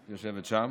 יושבת שם,